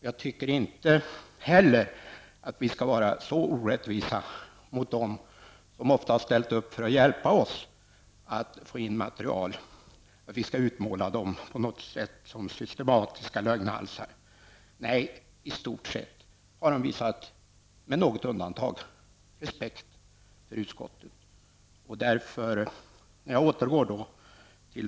Jag tycker inte heller att vi skall vara orättvisa mot dem som ofta har ställt upp för att hjälpa oss att få in material och utmåla dem som systematiska lögnhalsar. De har i stort sett, med något undantag, visat respekt för utskottet.